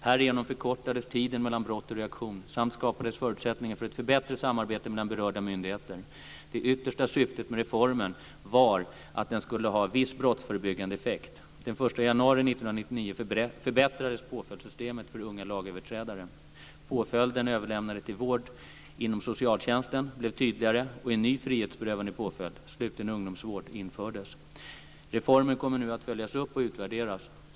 Härigenom förkortades tiden mellan brott och reaktion samt skapades förutsättningar för ett förbättrat samarbete mellan berörda myndigheter. Det yttersta syftet med reformen var att den skulle ha viss brottsförebyggande effekt. Den 1 januari 1999 förbättrades påföljdssystemet för unga lagöverträdare. Påföljden överlämnande till vård inom socialtjänsten blev tydligare, och en ny frihetsberövande påföljd - sluten ungdomsvård - infördes. Reformen kommer nu att följas upp och utvärderas.